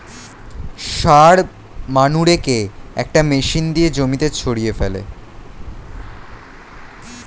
সার মানুরেকে একটা মেশিন দিয়ে জমিতে ছড়িয়ে ফেলে